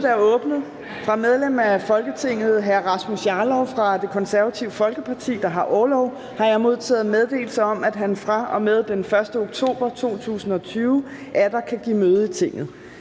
Mødet er åbnet. Fra medlem af Folketinget Rasmus Jarlov (KF), der har orlov, har jeg modtaget meddelelse om, at han fra og med den 1. oktober 2020 atter kan give møde i Tinget.